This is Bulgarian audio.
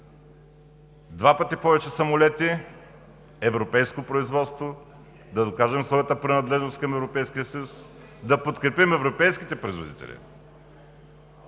два пъти повече самолети европейско производство, да докажем своята принадлежност към Европейския съюз, да подкрепим европейските производители.